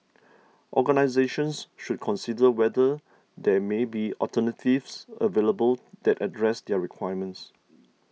organisations should consider whether there may be alternatives available that address their requirements